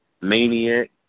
Maniac